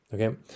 Okay